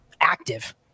active